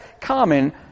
common